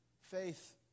faith